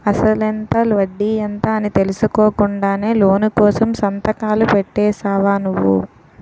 అసలెంత? వడ్డీ ఎంత? అని తెలుసుకోకుండానే లోను కోసం సంతకాలు పెట్టేశావా నువ్వు?